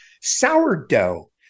sourdough